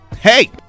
Hey